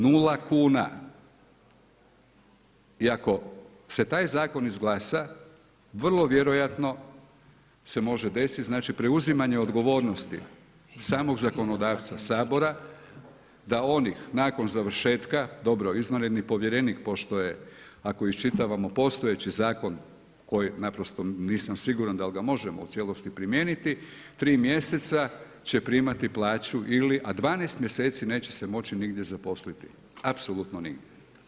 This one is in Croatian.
Nula kuna, i ako se taj zakon izglasa vrlo vjerojatno se može desiti preuzimanje odgovornosti samog zakonodavca Sabora, da onih, nakon završetka, dobro izvanredni povjerenik pošto je, ako iščitavamo postojeći zakon, koji naprosto, nisam siguran, dal ga možemo u cijelosti primijeniti, 3 mj. će primati plaću, a 12 mjeseci se neće moći nigdje zaposliti, apsolutno nigdje.